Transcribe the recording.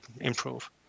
improve